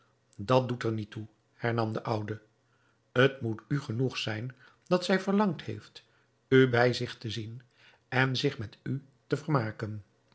dat doet er niet toe hernam de oude t moet u genoeg zijn dat zij verlangd heeft u bij zich te zien en zich met u te vermaken